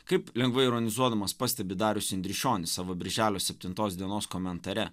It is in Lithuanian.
kaip lengvai ironizuodamas pastebi darius indrišonis savo birželio septintos dienos komentare